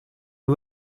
you